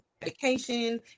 medication